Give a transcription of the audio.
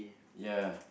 ya